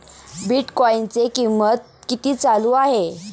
बिटकॉइनचे कीमत किती चालू आहे